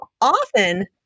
often